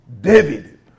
David